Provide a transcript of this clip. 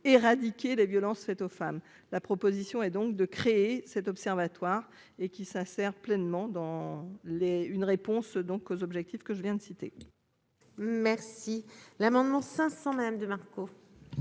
éradiquer les violences faites aux femmes, la proposition est donc de créer cet observatoire et qui s'insèrent pleinement dans les une réponse donc aux objectifs que je viens de citer. Merci l'amendement 500 même de Marco.